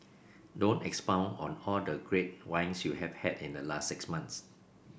don't expound on all the great wines you have had in the last six months